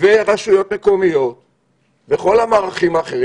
ורשויות מקומיות ומול כל המערכים האחרים.